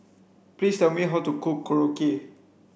please tell me how to cook Korokke